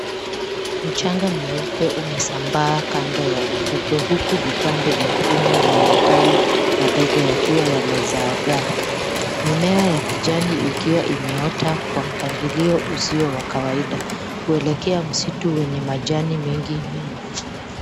Mchanga mweupe umesambaa kando ya ufukwe huku vipande vya kuni na matawi madogo yakiwa yamezagaa. Mimea ya kijani ikiwa imeota kwa mpangilio usio wa kawaida kuelekea msitu wenye majani mengi nyuma.